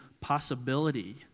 possibility